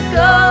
go